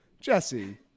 Jesse